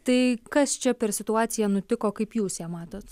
tai kas čia per situacija nutiko kaip jūs ją matot